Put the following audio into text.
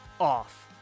off